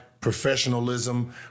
professionalism